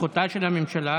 זכותה של הממשלה.